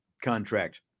contract